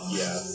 yes